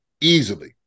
easily